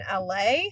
LA